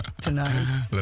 tonight